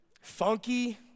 Funky